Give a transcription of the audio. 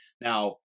Now